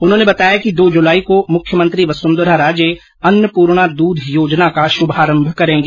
उन्होंने बताया कि दो जुलाई को मुख्यमंत्री वसुधंरा राजे अन्नपूर्णा दूध योजना का शुभारम्भ करेंगी